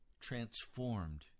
transformed